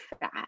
fat